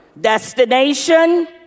Destination